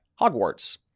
Hogwarts